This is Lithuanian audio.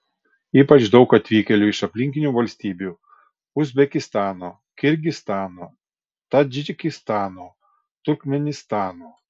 ypač daug atvykėlių iš aplinkinių valstybių uzbekistano kirgizstano tadžikistano turkmėnistano